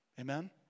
Amen